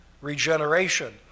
regeneration